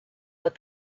but